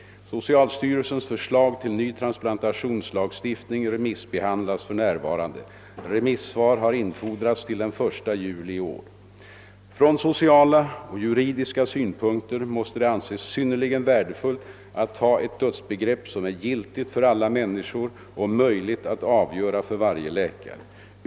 Socialstyrelsens förslag till ny transplantationslagstiftning remissbehandlas för närvarande. Remissvar har infordrats till den 1 juli i år. Från sociala och juridiska synpunkter måste det anses synnerligen värdefullt att ha ett dödsbegrepp som är giltigt för alla människor och möjligt att avgöra för varje läkare.